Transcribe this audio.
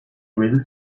really